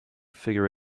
figure